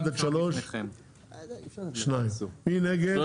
הצבעה 3 בעד, 7 נגד.